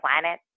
planet